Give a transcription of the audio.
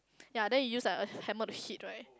ya then you use like a hammer to hit right